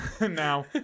Now